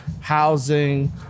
housing